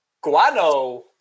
Guano